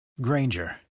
Granger